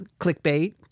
clickbait